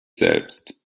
selbst